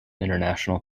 international